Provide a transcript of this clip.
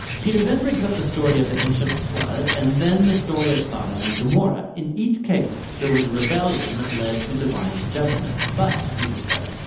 peter then brings up the story of the ancient flood and then the story of sodom and gomorrah. in each case there was a rebellion that led to divine judgment. but, peter says,